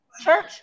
Church